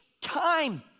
time